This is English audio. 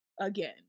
again